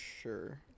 sure